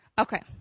Okay